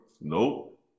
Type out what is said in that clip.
Nope